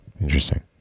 Interesting